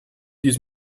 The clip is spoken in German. dies